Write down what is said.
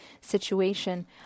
situation